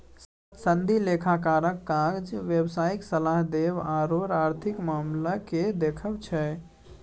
सनदी लेखाकारक काज व्यवसायिक सलाह देब आओर आर्थिक मामलाकेँ देखब छै